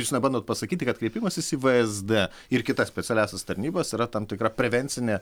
jūs nebandot pasakyti kad kreipimasis į vsd ir kitas specialiąsias tarnybas yra tam tikra prevencinė